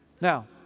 Now